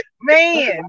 Man